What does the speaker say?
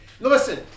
Listen